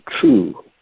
true